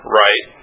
right